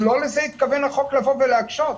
לא לזה התכוון החוק, לבוא ולהקשות.